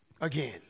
Again